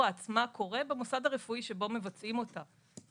עצמה קורה במוסד הרפואי שבו מבצעים אותה,